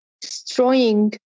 destroying